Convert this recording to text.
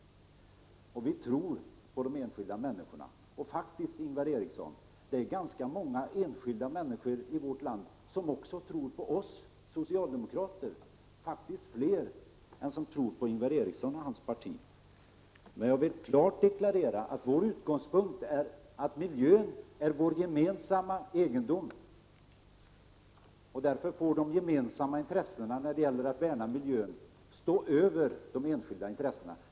Vi socialdemokrater tror på de enskilda människorna, och det finns ganska många enskilda människor i vårt land, Ingvar Eriksson, som också tror på oss socialdemokrater. Det är faktiskt fler än de som tror på Ingvar Eriksson och hans parti. Jag vill klart deklarera att vår utgångspunkt är att miljön är vår gemensamma egendom. Därför får de gemensamma intressena när det gäller att värna miljön stå över de enskilda intressena.